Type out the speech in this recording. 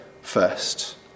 first